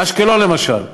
אשקלון למשל,